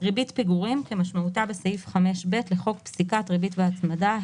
"ריבית פיגורים" כמשמעותה בסעיף 5(ב) לחוק פסיקת ריבית והצמדה,